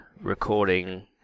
recording